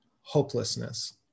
hopelessness